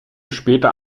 später